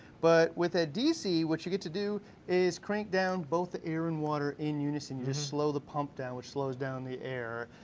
but with a dc, what you get to do is crank down both the air and water in unison. you just slow the pump down, which slows down the air,